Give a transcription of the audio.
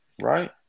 right